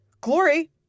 Glory